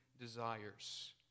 desires